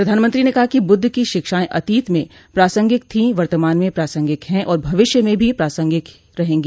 प्रधानमंत्री ने कहा कि बुद्ध की शिक्षाएं अतीत में प्रासंगिक थीं वर्तमान में प्रासंगिक हैं और भविष्य में भी प्रासंगिक रहेंगी